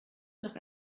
nach